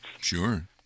Sure